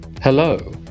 Hello